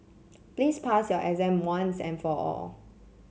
please pass your exam once and for all